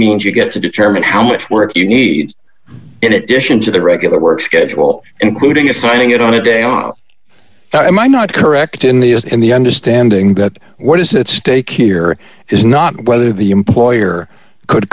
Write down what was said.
means you get to determine how much work you need it dition to the regular work schedule including assigning it on a day off i might not correct in the as in the understanding that what is that stake here is not whether the employer could